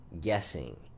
guessing